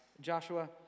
Joshua